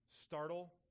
startle